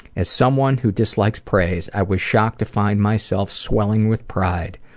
as someone who dislikes praise, i was shocked to find myself swelling with pride.